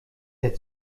der